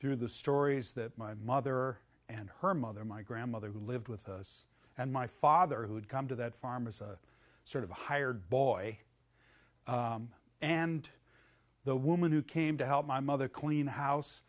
through the stories that my mother and her mother my grandmother who lived with us and my father who had come to that farmer's a sort of hired boy and the woman who came to help my mother clean the house